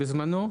בזמנו,